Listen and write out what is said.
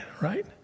Right